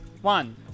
one